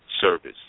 service